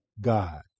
God